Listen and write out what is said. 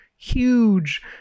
huge